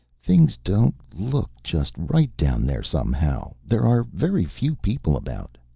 things don't look just right, down there, somehow. there are very few people about.